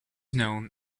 known